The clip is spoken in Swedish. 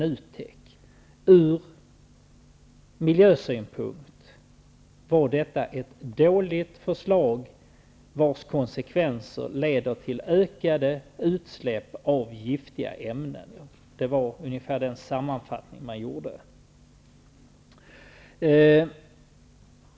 Sett från miljösynpunkt var detta ett dåligt förslag, vars konsekvenser blir ökade utsläpp av giftiga ämnen. Det var ungefär den sammanfattning man gjorde.